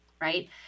right